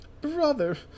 Brother